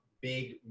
big